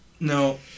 No